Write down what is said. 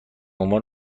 عنوان